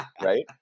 right